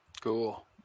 Cool